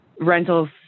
rentals